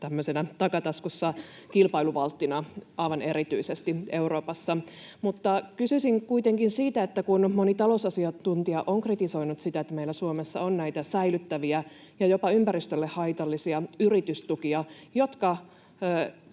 takataskussa kilpailuvalttina aivan erityisesti Euroopassa. Kysyisin kuitenkin siitä, kun moni talousasiantuntija on kritisoinut sitä, että meillä Suomessa on näitä säilyttäviä ja jopa ympäristölle haitallisia yritystukia, jotka